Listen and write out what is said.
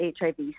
HIV